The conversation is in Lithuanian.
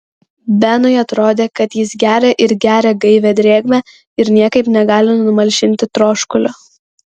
benui atrodė kad jis geria ir geria gaivią drėgmę ir niekaip negali numalšinti troškulio